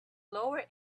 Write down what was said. lower